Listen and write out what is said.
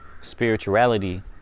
spirituality